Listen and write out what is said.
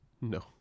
No